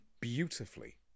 beautifully